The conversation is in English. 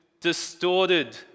distorted